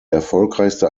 erfolgreichste